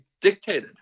dictated